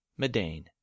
Medane